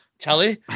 telly